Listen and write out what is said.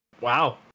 Wow